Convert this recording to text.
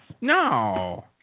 No